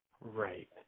Right